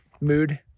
mood